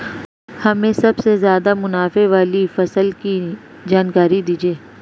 हमें सबसे ज़्यादा मुनाफे वाली फसल की जानकारी दीजिए